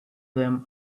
them